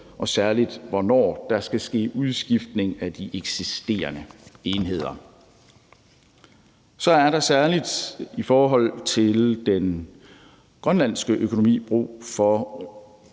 og særlig hvornår der skal ske udskiftning af de eksisterende enheder. Så er der særlig i forhold til den grønlandske økonomi brug for